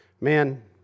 Man